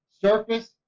Surface